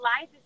life